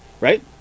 Right